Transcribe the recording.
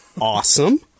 awesome